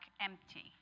empty